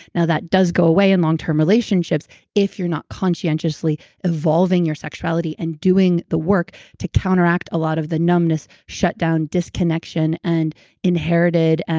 now, that does go away in long-term relationships if you're not conscientiously evolving your sexuality and doing the work to counteract a lot of the numbness, shutdown, disconnection and inherited,